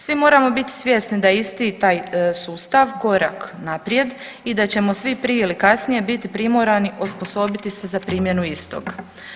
Svi moramo biti svjesni da je isti taj sustav korak naprijed i da ćemo svi prije ili kasnije biti primorani osposobiti se za primjenu istog.